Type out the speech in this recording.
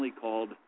called